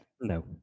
No